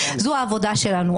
זו העבודה שלנו.